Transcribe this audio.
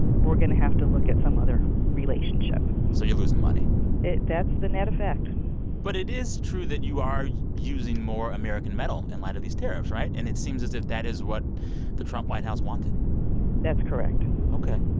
we're going to have to look at some other relationship so you're losing money that's the net effect but it is true that you are using more american metal in light of these tariffs, right? and it seems as if that is what the trump white house wanted that's correct ok.